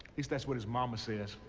least that's what his mama says.